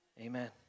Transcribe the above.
Amen